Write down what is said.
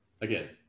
again